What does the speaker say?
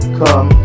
come